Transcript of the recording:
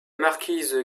marquise